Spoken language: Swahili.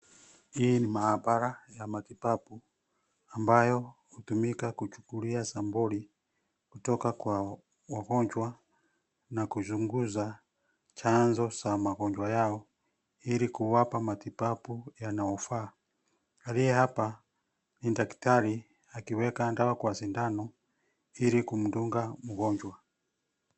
Hii ni maabara ya matibabu ambayo hutumika kuchukulia sampuli kutoka kwa wagonjwa na kuchunguza chanzo za magonjwa yao ili kuwapa matibabu yanayofaa. Aliye hapa ni daktari akiweka dawa kwa sindano ili kumdunga mgonjwa.